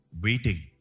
waiting